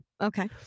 Okay